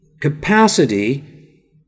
capacity